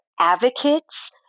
advocates